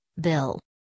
Bill